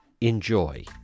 enjoy